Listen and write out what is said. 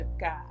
god